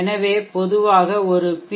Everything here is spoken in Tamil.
எனவே பொதுவாக ஒரு பி